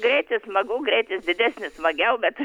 greitis smagu greitis didesnis smagiau bet